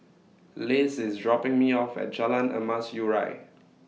Liz IS dropping Me off At Jalan Emas Urai